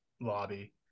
lobby